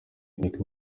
meek